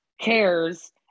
cares